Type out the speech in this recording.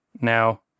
Now